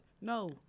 No